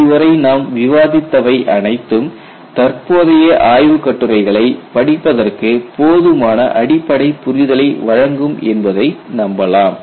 இதுவரை நாம் விவாதித்தவை அனைத்தும் தற்போதைய ஆய்வுக் கட்டுரைகளை படிப்பதற்கு போதுமான அடிப்படை புரிதலை வழங்கும் என்பதை நம்பலாம்